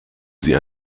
sie